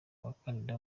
abakandida